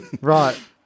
Right